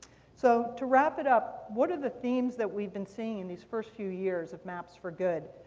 so to wrap it up, what are the themes that we've been seeing in these first few years of maps for good?